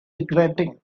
regretting